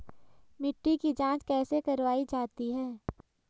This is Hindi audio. मिट्टी की जाँच कैसे करवायी जाती है?